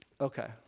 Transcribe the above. Okay